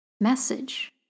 message